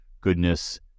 goodness